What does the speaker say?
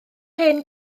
hen